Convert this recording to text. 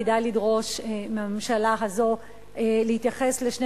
כדאי לדרוש מהממשלה הזו להתייחס לשני